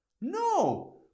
No